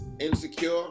Insecure